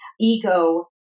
ego